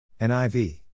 NIV